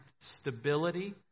stability